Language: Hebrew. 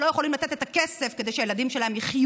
שלא יכולים לתת את הכסף כדי שהילדים יחיו